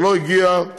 שלא הגיעה